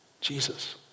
Jesus